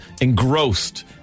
Engrossed